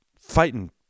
fighting